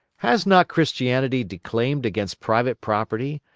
has not christianity declaimed against private property,